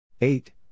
Eight